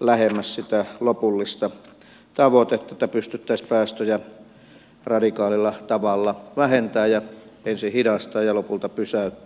lähemmäs sitä lopullista tavoitetta että pystyttäisiin päästöjä radikaalilla tavalla vähentämään ja ensin hidastamaan ja lopulta pysäyttämään ilmastonmuutos